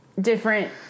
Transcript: different